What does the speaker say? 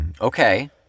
Okay